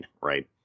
right